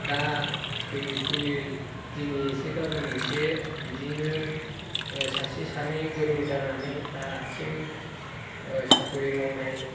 दा फैयै फैयै दिनै एसे गाबोन एसे बिदिनो सासे सानै गोरों जानानै दासिम साख्रि मावनाय